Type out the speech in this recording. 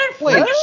Wait